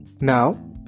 Now